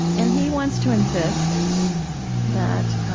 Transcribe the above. and he wants to insist that